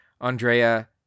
andrea